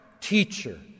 teacher